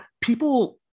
people